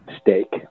steak